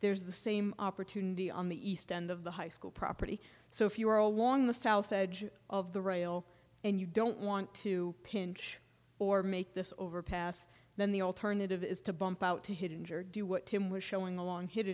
there's the same opportunity on the east end of the high school property so if you are along the south edge of the rail and you don't want to pinch or make this overpass then the alternative is to bump out to hit injured do what tim was showing the long hid